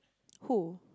who